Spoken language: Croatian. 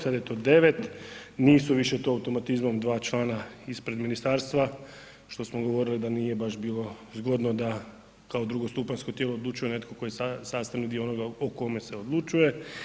Sada je to 9. Nisu to više automatizmom 2 člana ispred ministarstva što smo govorili da nije baš bilo zgodno da kao drugostupanjsko tijelo odlučuje netko tko je sastavni dio onoga o kome se odlučuje.